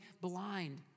blind